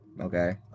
Okay